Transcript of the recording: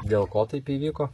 dėl ko taip įvyko